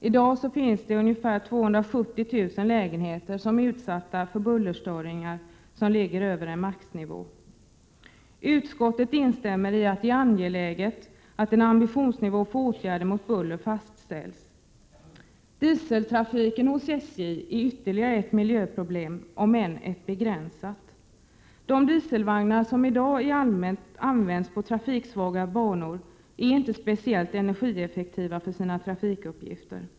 I dag finns ungefär 270 000 lägenheter som är utsatta för bullerstörningar över maximinivå. Utskottet instämmer i att det är angeläget att fastställa en ambitionsnivå mot buller. Dieseltrafiken hos SJ är ytterligare ett miljöproblem, om än begränsat. De dieselvagnar som i dag allmänt används på trafiksvaga banor är inte speciellt energieffektiva för sina trafikuppgifter.